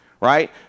right